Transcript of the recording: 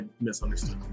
misunderstood